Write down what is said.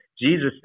Jesus